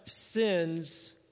sins